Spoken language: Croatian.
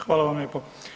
Hvala vam lijepo.